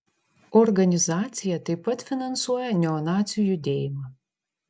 organizacija taip pat finansuoja neonacių judėjimą